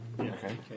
Okay